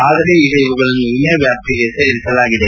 ಆದರೆ ಈಗ ಇವುಗಳನ್ನು ವಿಮೆ ವ್ಯಾಪ್ತಿಗೆ ತರಲಾಗಿದೆ